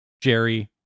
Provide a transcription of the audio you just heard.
Jerry